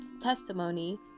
testimony